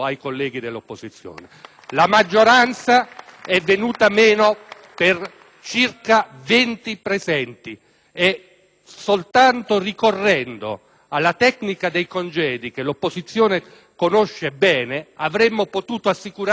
per circa 20 senatori e soltanto ricorrendo alla tecnica dei congedi, che l'opposizione conosce bene, avremmo potuto assicurare il numero legale oggi. Non l'abbiamo fatto perché non è stato mai necessario.